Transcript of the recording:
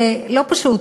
זה לא פשוט